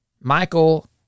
Michael